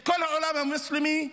את כל העולם המוסלמי.